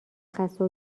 خسته